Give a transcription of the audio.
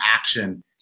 action